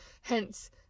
Hence